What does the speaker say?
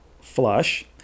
flush